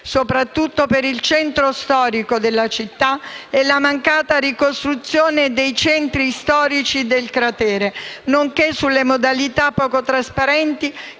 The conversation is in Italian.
soprattutto per il centro storico della città, e la mancata ricostruzione dei centri storici del cratere, nonché sulle modalità poco trasparenti